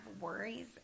worries